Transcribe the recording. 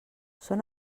són